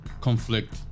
Conflict